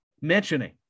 mentioning